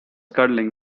cuddling